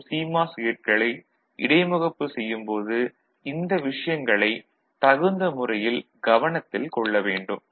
மற்றும் சிமாஸ் கேட்களை இடைமுகப்பு செய்யும் போது இந்த விஷயங்களை தகுந்த முறையில் கவனத்தில் கொள்ள வேண்டும்